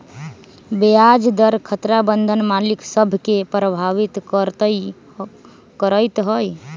ब्याज दर खतरा बन्धन मालिक सभ के प्रभावित करइत हइ